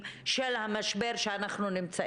כלומר, שירותים